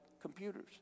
computers